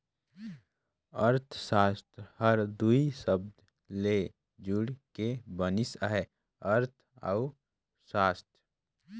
अर्थसास्त्र हर दुई सबद ले जुइड़ के बनिस अहे अर्थ अउ सास्त्र